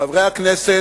חברי הכנסת,